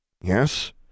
Yes